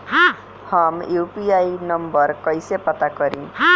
हम UPI number कइसे पता करी?